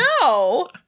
No